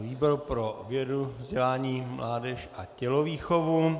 Výbor pro vědu, vzdělání, mládež a tělovýchovu.